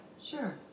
Sure